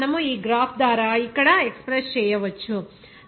కాబట్టి మనము ఈ గ్రాఫ్ ద్వారా ఇక్కడ ఎక్స్ప్రెస్ చేయవచ్చు